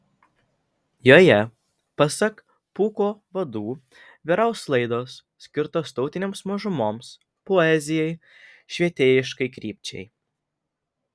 joje pasak pūko vadų vyraus laidos skirtos tautinėms mažumoms poezijai švietėjiškai krypčiai